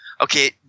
Okay